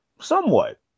Somewhat